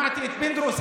שמעתי את פינדרוס,